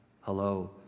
hello